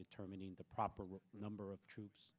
determining the proper number of troops